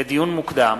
לדיון מוקדם: